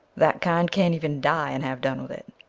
that kind can't even die and have done with it.